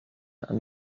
and